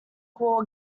war